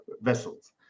vessels